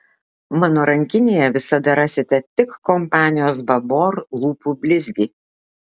mano rankinėje visada rasite tik kompanijos babor lūpų blizgį